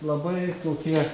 labai tokie